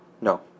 No